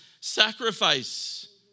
sacrifice